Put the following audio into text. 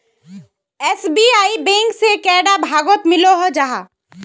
SBI bank से कैडा भागोत मिलोहो जाहा?